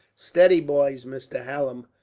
steady, boys, mr. hallam,